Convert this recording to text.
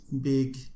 big